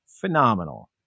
phenomenal